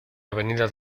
avenida